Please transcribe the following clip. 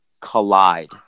collide